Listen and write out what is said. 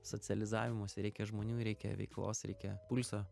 socializavimosi reikia žmonių reikia veiklos reikia pulso